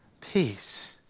peace